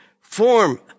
form